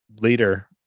later